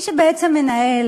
מי שבעצם מנהל